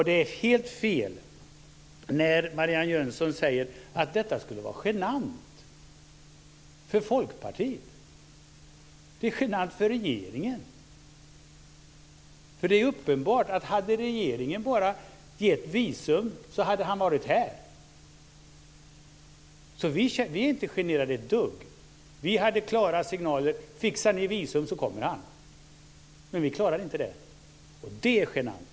Det är helt fel när Marianne Jönsson säger att detta skulle vara genant för Folkpartiet. Det är genant för regeringen, för det är uppenbart att om regeringen hade gett visum till Taiwans president så hade han kommit hit. Vi är inte ett dugg generade. Vi gav klara signaler: Om ni bara fixar visum så kommer han. Men ni klarade inte det, och det är genant.